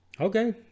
Okay